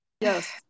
yes